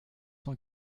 cent